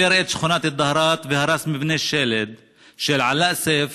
כיתר את שכונת אל-דהרת והרס מבנה שלד של עלא סייף,